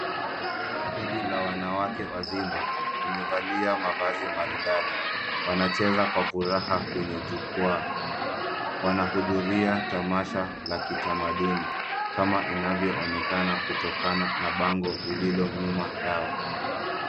Kundi la wanawake wazima, wamevalia mavazi maridadi, wanacheza kwa furaha kwenye jukwaa. Wanahudhuria tamasha la kitamaduni kama inavyonekana kutokana na bango lililo nyuma yao.